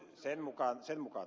sen mukaan toimitaan